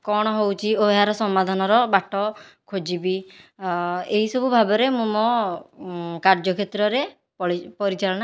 କଣ ହେଉଛି ଓ ଏହାର ସମାଧାନର ବାଟ ଖୋଜିବି ଏହିସବୁ ଭାବରେ ମୁଁ ମୋ କାର୍ଯ୍ୟ କ୍ଷେତ୍ରରେ ପଳି ପରିଚାଳନା